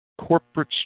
corporate